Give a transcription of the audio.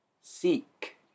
seek